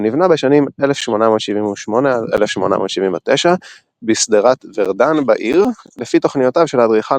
הוא נבנה בשנים 1878–1879 בשדרת ורדן בעיר לפי תוכניותיו של האדריכל